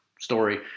story